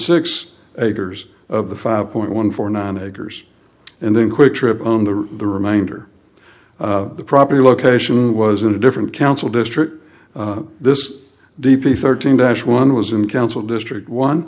six acres of the five point one four nine acres and then quick trip on the the remainder of the property location was in a different council district this d p thirteen dash one was in council district one